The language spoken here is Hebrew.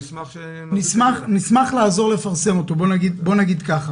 נשמח לעזור לפרסם אותו, בוא נגיד ככה.